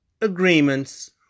agreements